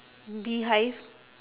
beehive